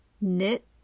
knit